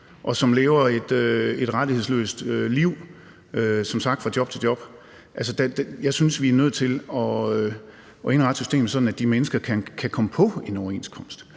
og som lever et rettighedsløst liv som sagt fra job til job. Altså, jeg synes, vi er nødt til at indrette systemet sådan, at de mennesker kan komme på en overenskomst.